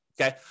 okay